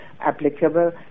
Applicable